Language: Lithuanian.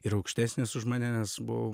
ir aukštesnės už mane nes buvau